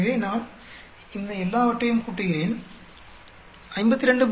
எனவே நான் இந்த எல்லாவற்றையும் கூட்டுகிறேன் 52